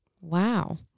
Wow